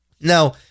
Now